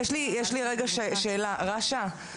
רש"א,